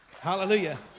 Hallelujah